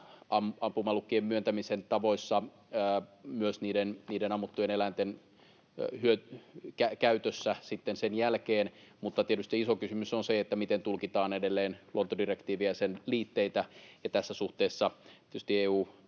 ampumalupien myöntämisen tavoissa, myös ammuttujen eläinten hyötykäytössä sen jälkeen. Mutta tietysti iso kysymys on se, miten tulkitaan edelleen luontodirektiiviä ja sen liitteitä. Tässä suhteessa tietysti yhteiset